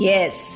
Yes